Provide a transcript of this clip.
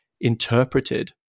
interpreted